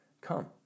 Come